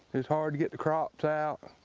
it's hard to get the crops